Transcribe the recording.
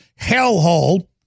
hellhole